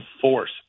force